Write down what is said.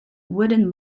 wooden